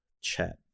chat